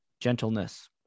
gentleness